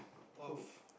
who